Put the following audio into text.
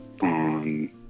on